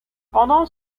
pendant